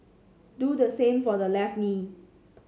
do the same for the left knee